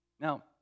Now